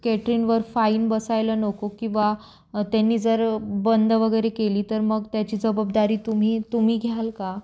कॅटरिंगवर fine बसायला नको किंवा त्यांनी जर बंद वगैरे केली तर मग त्याची जबाबदारी तुम्ही तुम्ही घ्याल का